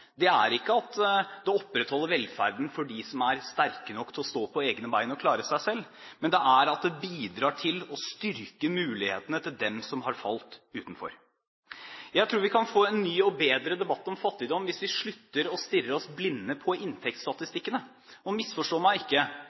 sal, er ikke at de opprettholder velferden for dem som er sterke nok til å stå på egne bein og klare seg selv, men at de bidrar til å styrke mulighetene for dem som har falt utenfor. Jeg tror vi kan få en ny og bedre debatt om fattigdom hvis vi slutter å stirre oss blinde på inntektsstatistikkene. Misforstå meg ikke: